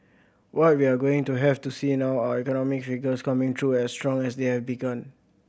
what we're going to have to see now are economic figures coming through as strong as they have begun